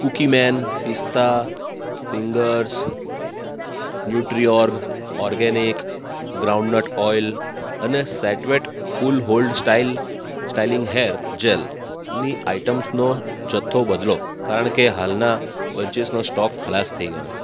Cookieman pista fingers Nutriorg organic groundnut oil અને set wet cool hold styling hair જેલની આઇટમ્સનો જથ્થો બદલો કારણકે હાલના બંચીસનો સ્ટોક ખલાસ થઈ ગયો છે